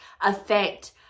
affect